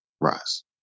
rise